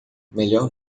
melhor